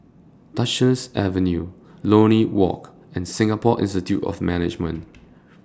Duchess Avenue Lornie Walk and Singapore Institute of Management